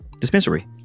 dispensary